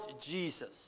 Jesus